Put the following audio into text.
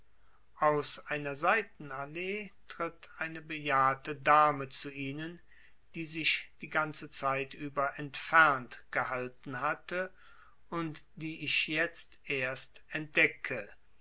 aus einer seitenallee tritt eine bejahrte dame zu ihnen die sich die ganze zeit über entfernt gehalten hatte und die ich jetzt erst entdecke